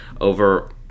over